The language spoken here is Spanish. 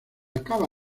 acaba